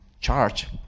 charge